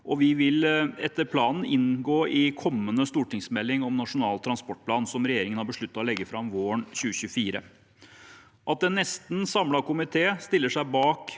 de vil etter planen inngå i kommende stortingsmelding om Nasjonal transportplan, som regjeringen har besluttet å legge fram våren 2024. At en nesten samlet komité stiller seg bak